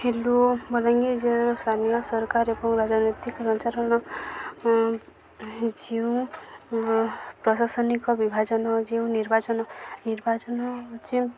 hello Bolangir ଜିଲ୍ଲାର ସ୍ଥାନୀୟ ସରକାର ଏବଂ ରାଜନୈତିକ ସଞ୍ଚାରଣ ଯେଉଁ ପ୍ରଶାସନିକ ବିଭାଜନ ଯେଉଁ ନିର୍ବାଚନ ନିର୍ବାଚନ ହେଉଛି